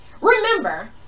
Remember